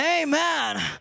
amen